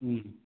ம்